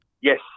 Yes